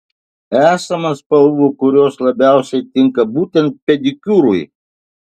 esama spalvų kurios labiausiai tinka būtent pedikiūrui